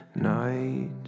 night